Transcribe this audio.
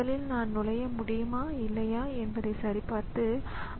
அதனால்தான் தனிப்பட்ட கன்ட்ரோலர்களுடன் சில லோக்கல் பஃபர் இருக்க வேண்டும்